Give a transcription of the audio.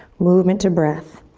movement to breath.